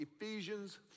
Ephesians